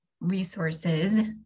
resources